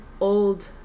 old